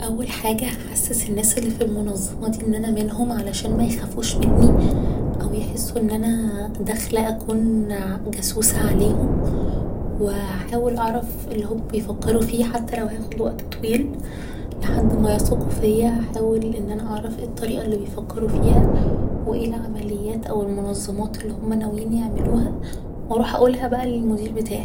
اول حاجة هحسس الناس اللي في المنظمة دي ان أنا منهم عشان ميخافوش مني او يحسوا ان أنا داخلة أكون ع جاسوسة عليهم و هحاول اعرف اللي هما بيفكروا فيه حتى لو هياخد وقت طويل لحد ما يثقوا فيا هحاول ان أنا اعرف ايه الطريقة اللي بيفكروا فيها و ايه العمليات او المنظمات اللي هما ناويين يعملوها و اروح أقولها بقا للمدير بتاعي